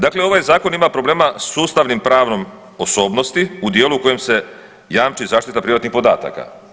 Dakle, ovaj zakon ima problema sa ustavno-pravnom osobnosti u dijelu u kojem se jamči zaštita privatnih podataka.